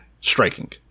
striking